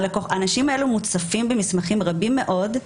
האנשים האלה מוצפים במסמכים רבים מאוד.